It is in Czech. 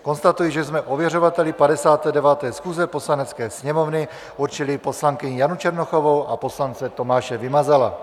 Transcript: Konstatuji, že jsme ověřovateli 59. schůze Poslanecké sněmovny určili poslankyni Janu Černochovou a poslance Tomáše Vymazala.